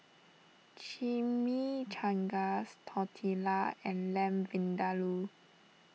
Chimichangas Tortillas and Lamb Vindaloo